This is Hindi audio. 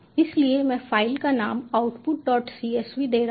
इसलिए मैं फ़ाइल का नाम outputcsv दे रहा हूं